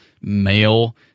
male